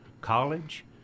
college